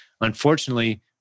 Unfortunately